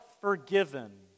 forgiven